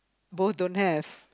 both don't have